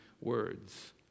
words